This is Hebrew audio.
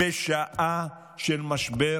בשעה של משבר